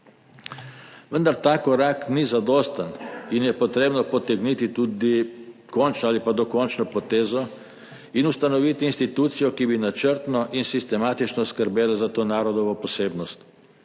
vendar ta korak ni zadosten in je treba potegniti tudi končno ali pa dokončno potezo in ustanoviti institucijo, ki bi načrtno in sistematično skrbela za to narodovo posebnost.